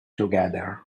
together